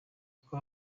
uko